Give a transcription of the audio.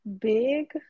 big